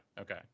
okay